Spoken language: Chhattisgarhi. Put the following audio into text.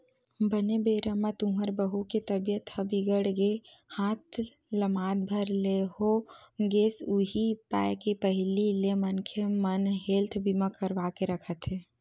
बने बेरा म तुँहर बहू के तबीयत ह बिगड़ गे हाथ लमात भर ले हो गेस उहीं पाय के पहिली ले मनखे मन हेल्थ बीमा करवा के रखत हे